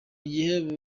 gihe